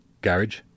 Garage